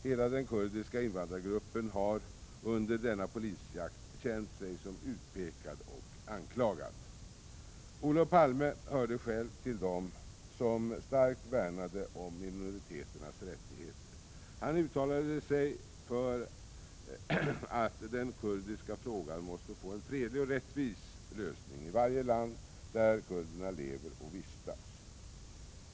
Hela den kurdiska invandrargruppen har under denna polisjakt känt sig som utpekad och anklagad. Olof Palme hörde själv till dem som starkt värnade om minoriteternas rättigheter. Han uttalade sig för att den kurdiska frågan måtte få en fredlig och rättvis lösning i varje land där kurderna lever och vistas.